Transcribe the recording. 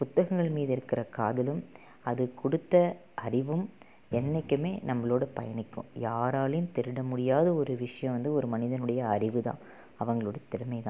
புத்தகங்களின் மீது இருக்கிற காதலும் அது கொடுத்த அறிவும் என்றைக்குமே நம்மளோட பயணிக்கும் யாராலேயும் திருடமுடியாத ஒரு விஷயம் வந்து ஒரு மனிதனுடைய அறிவுதான் அவங்களோடய திறமைதான்